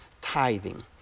tithing